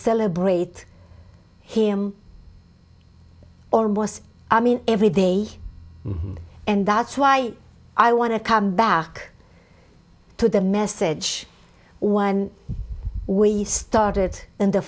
celebrate him or most i mean every day and that's why i want to come back to the message when we started and the